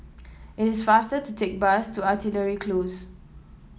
it is faster to take bus to Artillery Close